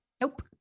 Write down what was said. Nope